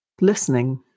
listening